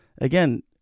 again